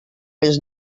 les